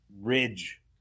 Ridge